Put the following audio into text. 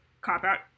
cop-out